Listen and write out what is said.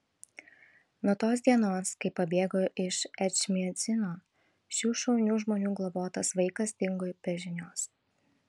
nuo tos dienos kai pabėgo iš ečmiadzino šių šaunių žmonių globotas vaikas dingo be žinios